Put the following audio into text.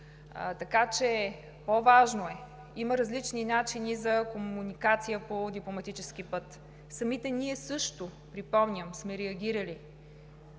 Така че по-важно е, има различни начини за комуникация по дипломатически път. Самите ние също, припомням, сме реагирали